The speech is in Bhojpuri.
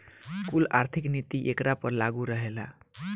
कुल आर्थिक नीति एकरा पर लागू रहेला